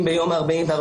אם ביום ה-44